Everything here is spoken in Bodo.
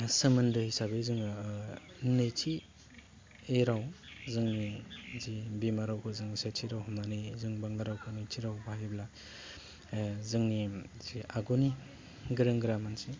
सोमोन्दो हिसाबै जोङो नैथि राव जोंनि जि बिमा रावखौ जों सेथि राव होन्नानै बांग्ला रावखौ जों नैथि राव बाहायोब्ला जोंनि जि आगुनि गोरों गोरा मानसि